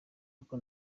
uko